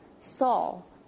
Saul